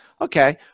Okay